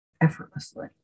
effortlessly